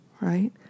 right